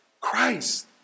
Christ